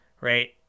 right